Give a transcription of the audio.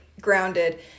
grounded